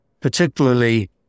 particularly